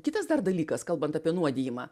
kitas dar dalykas kalbant apie nuodijimą